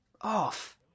off